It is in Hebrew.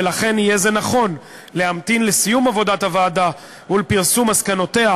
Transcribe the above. ולכן יהיה זה נכון להמתין לסיום עבודת הועדה ולפרסום מסקנותיה,